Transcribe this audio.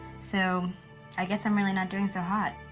so i guess i'm really not doing so hot.